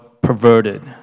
perverted